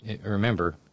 remember